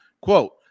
Quote